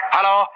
Hello